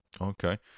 okay